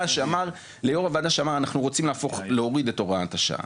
שאמר אנחנו רוצים להוריד את הוראת השעה,